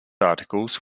articles